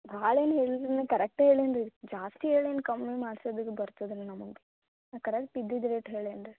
ಭಾಳ ಏನು ಹೇಳಿಲ್ಲ ರೀ ನಾನು ಕರೆಕ್ಟೇ ಹೇಳೀನಿ ರೀ ಜಾಸ್ತಿ ಹೇಳೇನು ಕಮ್ಮಿ ಮಾಡಿಸದು ಬರ್ತದಾ ನಮ್ಗೆ ಕರೆಕ್ಟ್ ಇದ್ದಿದ್ದು ರೇಟ್ ಹೇಳ್ಯಾನಿ ರೀ